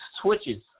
switches